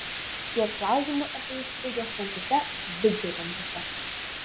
šiuo klausimu esu įstrigęs tamsiuose viduramžiuose